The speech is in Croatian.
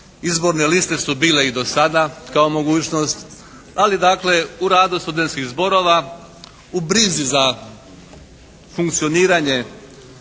Izborne liste su bile i do sada kao mogućnost ali dakle u radu studentskih zborova, u brizi za funkcioniranje